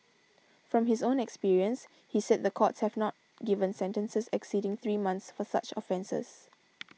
from his own experience he said the courts have not given sentences exceeding three months for such offences